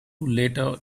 later